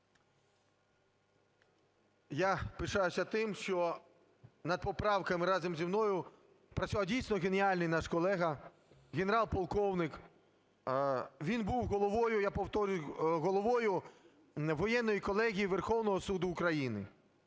Я пишаюся тим, що над поправками разом зі мною працював дійсно геніальний наш колега, генерал-полковник, він був головою, я повторюю, головою Воєнної колегії Верховного суду України,